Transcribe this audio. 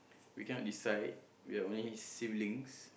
we cannot decide we are only siblings